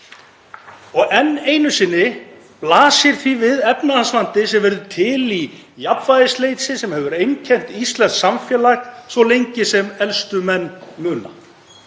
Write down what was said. Enn einu sinni blasir því við efnahagsvandi sem verður til í jafnvægisleysi sem hefur einkennt íslenskt samfélag svo lengi sem elstu menn muna.